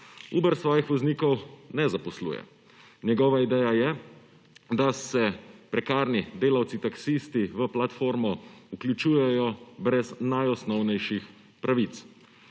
Uber svojih voznikov ne zaposluje. Njegova ideja je, da se prekarni delavci, taksisti v platformo vključujejo brez najosnovnejših pravic